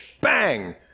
bang